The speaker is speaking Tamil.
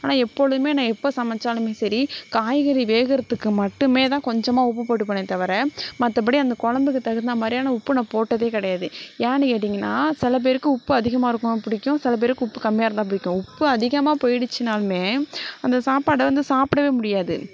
ஆனால் எப்பொழுதுமே நான் எப்போ சமைத்தாலுமே சரி காய்கறி வேகிறதுக்கு மட்டுமே தான் கொஞ்சமாக உப்பு போட்டுப்பனே தவிர மற்றபடி அந்த குழம்புக்கு தகுந்த மாதிரியான உப்பு நான் போட்டதே கிடையாது ஏன்னெனு கேட்டீங்கன்னால் சில பேருக்கு உப்பு அதிகமாயிருக்குனா பிடிக்கும் சில பேருக்கு உப்பு கம்மியாக இருந்தால் பிடிக்கும் உப்பு அதிகமாக போயிடுச்சுனாலுமே அந்த சாப்பாடை வந்து சாப்பிடவே முடியாது